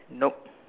nope